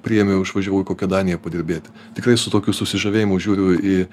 priėmiau išvažiavau į kokią daniją padirbėti tikrai su tokiu susižavėjimu žiūriu į